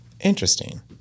Interesting